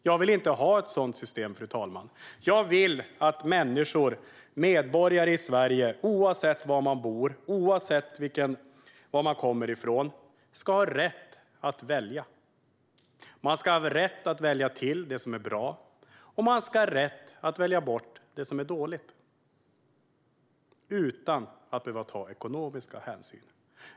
Jag vill inte ha ett sådant system, fru talman. Jag vill att människor, medborgare i Sverige, oavsett var de bor, oavsett var de kommer från, ska ha rätt att välja. De ska ha rätt att välja till det som är bra, och de ska ha rätt att välja bort det som är dåligt utan att behöva ta ekonomiska hänsyn.